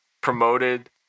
promoted